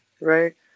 right